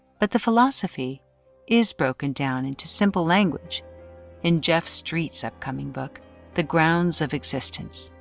but the philosophy is broken down into simple language in jeff street's upcoming book the grounds of existence,